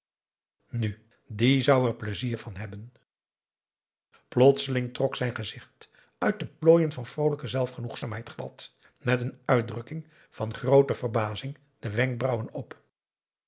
nu die zou er pleizier van hebben plotseling trok zijn gezicht uit de plooien van vroolijke zelfgenoegzaamheid glad met een uitdrukking van groote verbazing de wenkbrauwen op